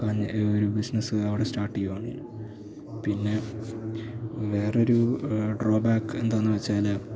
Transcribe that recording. ഒരു ബിസിനസ്സ് അവിടെ സ്റ്റാർട്ടെയ്യുകയാണെങ്കില് പിന്നെ വേറൊരു ഡ്രോബാക്ക് എന്താണെന്നുവച്ചാല്